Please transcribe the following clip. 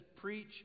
preach